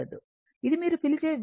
ఇది మీరు పిలిచే VL VC తీసుకోబడింది